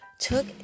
took